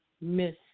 miss